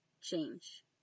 change